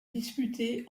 disputée